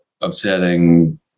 upsetting